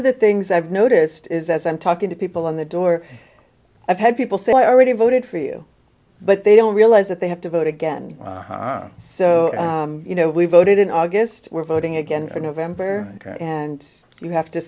of the things i've noticed is that i'm talking to people in the door i've had people say i already voted for you but they don't realize that they have to vote again so you know we voted in august we're voting again for november and you have to